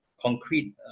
concrete